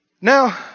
Now